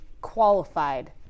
qualified